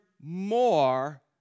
more